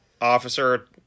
officer